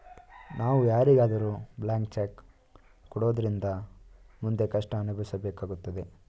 ನಾವು ಯಾರಿಗಾದರೂ blank cheque ಕೊಡೋದ್ರಿಂದ ಮುಂದೆ ಕಷ್ಟ ಅನುಭವಿಸಬೇಕಾಗುತ್ತದೆ